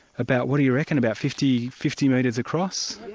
about, what do you reckon, about fifty fifty metres across.